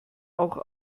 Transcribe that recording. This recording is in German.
auch